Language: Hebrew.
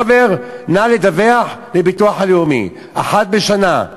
באוקטובר: נא לדווח לביטוח הלאומי אחת בשנה,